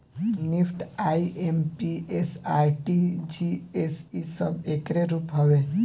NEFT, IMPS, RTGS इ सब एकरे रूप हवे